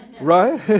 Right